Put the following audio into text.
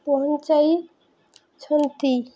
ପହଞ୍ଚାଇଛନ୍ତି